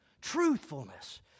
truthfulness